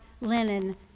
linen